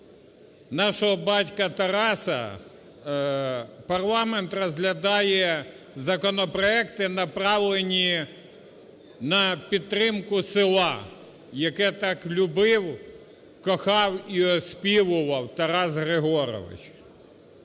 нашого батька Тараса, парламент розглядає законопроекти, направлені на підтримку села, яке так любив, кохав і оспівував Тарас Григорович.